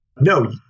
No